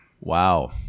wow